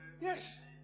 Yes